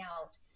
out